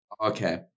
Okay